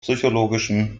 psychologischen